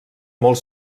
molt